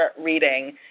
reading